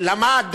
למד רפואה?